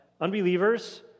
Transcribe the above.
unbelievers